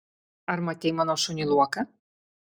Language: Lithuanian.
ar matei mano šunį luoką